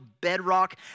bedrock